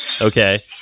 Okay